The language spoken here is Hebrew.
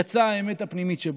יצאה האמת הפנימית שבו.